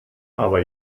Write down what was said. aber